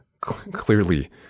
clearly